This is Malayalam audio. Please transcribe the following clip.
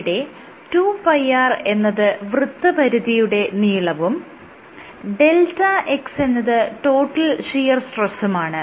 ഇവിടെ 2πr എന്നത് വൃത്തപരിധിയുടെ നീളവും δx എന്നത് ടോട്ടൽ ഷിയർ സ്ട്രെസ്സുമാണ്